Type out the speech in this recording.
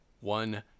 one